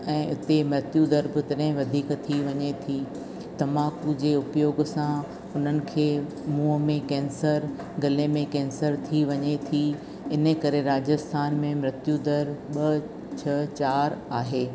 ऐं उते मृत्यू दर बि उतने वधीक थी वञे थी तंबाकू जे उपयोगु सां हुननि खे मुंहुं में कैंसर गले में कैंसर थी वञे थी इन करे राजस्थान में मृत्यू दर ॿ छह चारि आहे